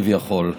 כביכול.